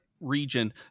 region